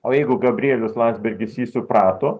o jeigu gabrielius landsbergis jį suprato